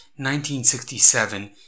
1967